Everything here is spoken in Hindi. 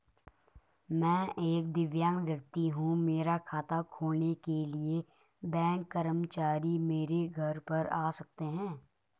मैं एक दिव्यांग व्यक्ति हूँ मेरा खाता खोलने के लिए बैंक कर्मचारी मेरे घर पर आ सकते हैं?